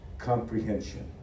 comprehension